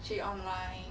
去 online